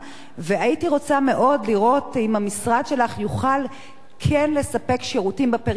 והייתי רוצה מאוד לראות אם המשרד שלך יוכל כן לספק שירותים בפריפריה,